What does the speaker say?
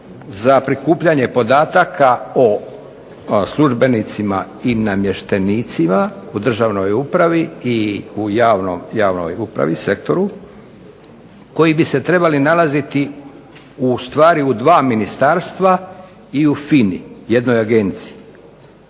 za prikupljanje podataka o službenicima i namještenicima u državnoj upravi i u javnoj upravi, sektoru, koji bi se trebali nalaziti ustvari u dva ministarstva i u FINA-i, jednoj agenciji.